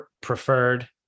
preferred